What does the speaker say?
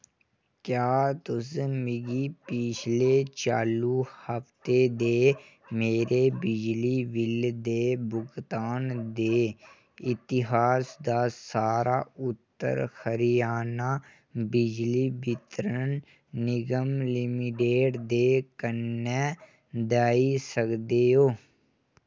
क्या तुस मिगी पिछले चालू हफ्ते दे मेरे बिजली बिल दे भुगतान दे इतिहास दा सारा उत्तर हरियाणा बिजली वितरण निगम लिमिडेट दे कन्नै दाई सकदे ओ